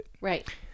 Right